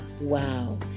Wow